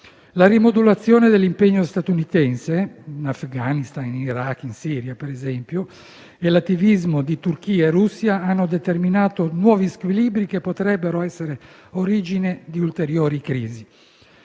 La rimodulazione dell'impegno statunitense (in Afghanistan, in Iraq e in Siria, ad esempio) e l'attivismo di Turchia e Russia hanno determinato nuovi squilibri che potrebbero essere origine di ulteriori crisi.